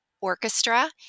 orchestra